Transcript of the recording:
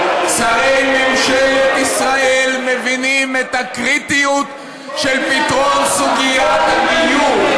שרי ממשלת ישראל מבינים את הקריטיות של פתרון סוגיית הגיור.